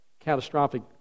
catastrophic